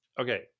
Okay